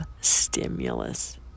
stimulus